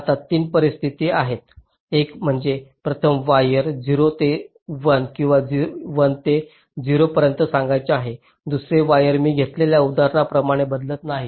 आता 3 परिस्थिती आहेत एक म्हणजे प्रथम वायर 0 ते 1 किंवा 1 ते 0 पर्यंत सांगायचे आहे दुसरे वायर मी घेतलेल्या उदाहरणाप्रमाणे बदलत नाही